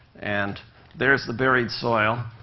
and there's the buried soil.